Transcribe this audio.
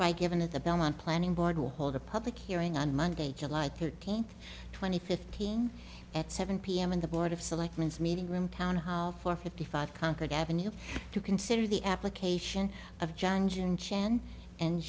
by given at the belmont planning board will hold a public hearing on monday july thirteenth twenty fifteen at seven pm and the board of selectmen is meeting room town hall four fifty five concord avenue to consider the application of